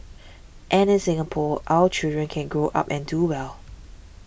and in Singapore our children can grow up and do well